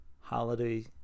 holiday